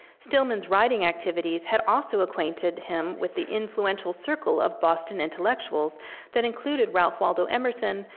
stillman's writing activities had also acquainted him with the influential circle of boston intellectuals that included ralph waldo emerson,